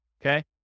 Okay